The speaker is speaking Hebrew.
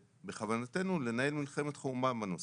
בכוונתנו לנהל מלחמת חורמה בנושא,